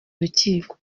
urukiko